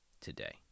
today